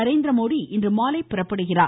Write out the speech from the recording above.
நரேந்திரமோடி இன்றுமாலை புறப்படுகிறார்